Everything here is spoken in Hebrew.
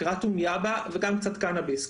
קראטום יאבה וגם קצת קנאביס,